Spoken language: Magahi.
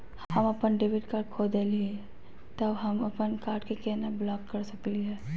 हम अपन डेबिट कार्ड खो दे ही, त हम अप्पन कार्ड के केना ब्लॉक कर सकली हे?